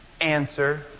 answer